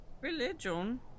Religion